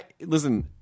Listen